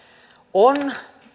on